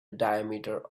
diameter